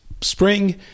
spring